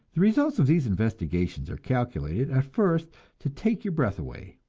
the results of these investigations are calculated at first to take your breath away.